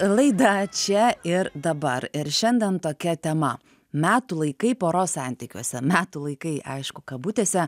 laidą čia ir dabar ir šiandien tokia tema metų laikai poros santykiuose metų laikai aišku kabutėse